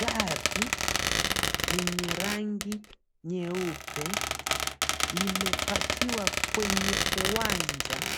Gari lenye rangi nyeupe limepakiwa kwenye uwanja